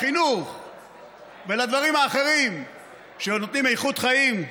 ולחינוך, ולדברים האחרים שנותנים איכות חיים,